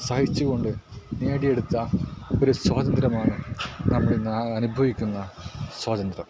സഹിച്ച് കൊണ്ട് നേടിയെടുത്ത ഒരു സ്വാതന്ത്ര്യമാണ് നമ്മൾ ഇന്ന് അനുഭവിക്കുന്ന സ്വാതന്ത്ര്യം